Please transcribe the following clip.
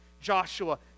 Joshua